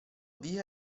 via